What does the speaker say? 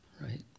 right